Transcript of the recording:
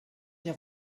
j’ai